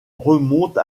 remonte